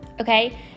okay